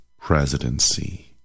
presidency